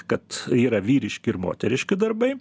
kad yra vyriški ir moteriški darbai